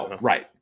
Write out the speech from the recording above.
right